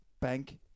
Bank